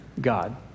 God